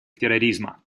терроризма